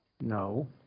No